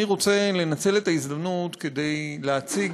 אני רוצה לנצל את ההזדמנות כדי להציג